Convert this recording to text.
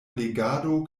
legado